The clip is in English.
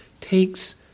takes